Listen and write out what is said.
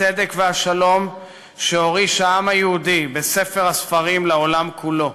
הצדק והשלום שהוריש העם היהודי בספר הספרים לעולם כולו.